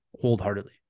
wholeheartedly